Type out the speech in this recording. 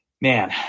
Man